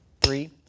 Three